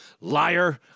liar